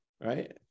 right